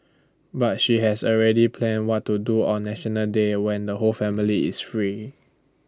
but she has already planned what to do on National Day when the whole family is free